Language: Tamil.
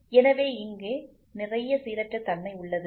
எனவே இங்கே நிறைய சீரற்ற தன்மை உள்ளது